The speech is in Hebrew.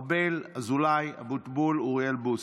משה ארבל, ינון אזולאי, משה אבוטבול ואוריאל בוסו,